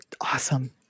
awesome